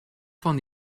van